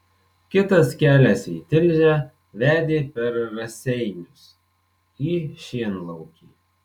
kitas kelias į tilžę vedė per raseinius ir šienlaukį